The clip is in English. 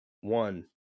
One